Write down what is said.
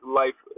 life